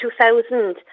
2000